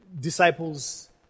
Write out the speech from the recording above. disciples